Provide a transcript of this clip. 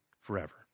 forever